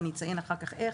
ואציין אחר כך איך,